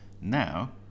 Now